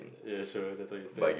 ya sure that's what you say